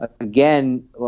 again